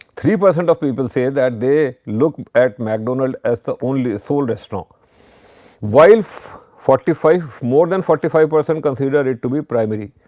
three percent of people say that they look at mcdonald's as the only sole restaurant while forty-five more than forty-five percent consider it to be primary.